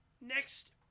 Next